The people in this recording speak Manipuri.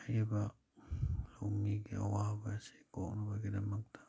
ꯍꯥꯏꯔꯤꯕ ꯂꯧꯃꯤꯒꯤ ꯑꯋꯥꯕꯁꯤ ꯀꯣꯛꯅꯕꯒꯤꯗꯃꯛꯇ